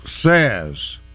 says